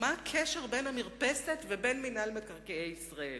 מה הקשר בין המרפסת ובין מינהל מקרקעי ישראל?